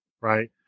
right